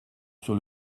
sur